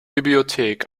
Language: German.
bibliothek